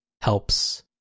helps